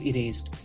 Erased